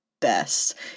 best